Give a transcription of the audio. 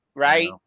Right